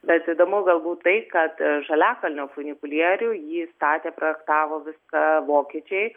bet įdomu galbūt tai kad žaliakalnio funikulierių jį statė projektavo viską vokiečiai